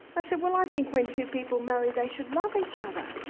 i said, well, i think when two people marry they should love each other.